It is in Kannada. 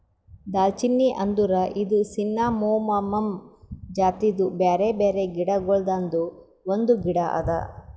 ದಾಲ್ಚಿನ್ನಿ ಅಂದುರ್ ಇದು ಸಿನ್ನಮೋಮಮ್ ಜಾತಿದು ಬ್ಯಾರೆ ಬ್ಯಾರೆ ಗಿಡ ಗೊಳ್ದಾಂದು ಒಂದು ಗಿಡ ಅದಾ